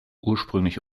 ursprünglich